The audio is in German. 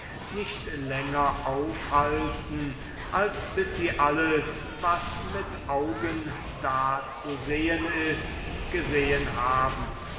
nicht länger aufhalten als bis sie alles was mit augen da zu sehen ist gesehen haben